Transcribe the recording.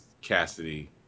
Cassidy